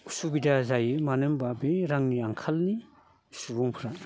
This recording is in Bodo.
उसुबिदा जायो मानो होमब्ला बे रांनि आंखालनि सुबुंफ्रा